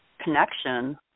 connection